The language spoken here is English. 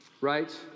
Right